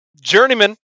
Journeyman